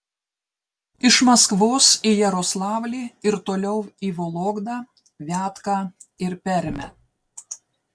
iš maskvos į jaroslavlį ir toliau į vologdą viatką ir permę